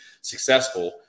successful